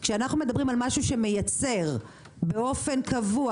כשאנחנו מדברים על משהו שמייצר באופן קבוע,